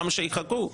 למה שיחכו?